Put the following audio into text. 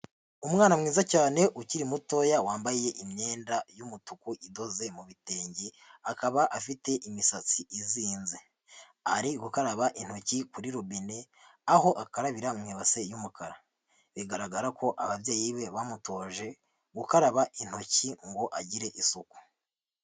Umwana mwiza cyane ukiri mutoya wambaye imyenda y'umutuku idoze mu bitenge akaba afite imisatsi izinze, ari gukaraba intoki kuri rubine aho akarabira mu ibase y'umukara, bigaragara ko ababyeyi be bamutoje gukaraba intoki ngo agire isuku.